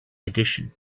edition